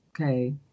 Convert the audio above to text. okay